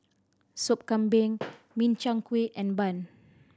Sop Kambing Min Chiang Kueh and bun